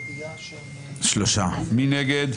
מי נגד?